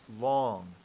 long